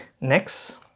Next